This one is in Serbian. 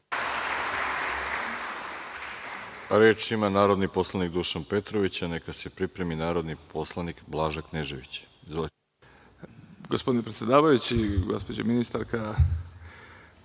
Reč ima narodni poslanik Dušan Petrović, a neka se pripremi narodni poslanik Blaža Knežević.